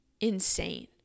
insane